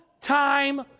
time